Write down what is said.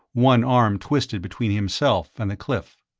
one arm twisted between himself and the cliff.